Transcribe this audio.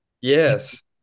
Yes